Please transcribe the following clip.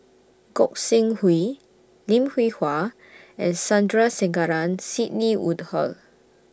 Gog Sing Hooi Lim Hwee Hua and Sandrasegaran Sidney Woodhull